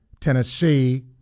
Tennessee